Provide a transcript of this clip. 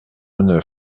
neuf